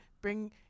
bring